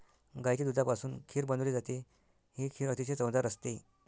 गाईच्या दुधापासून खीर बनवली जाते, ही खीर अतिशय चवदार असते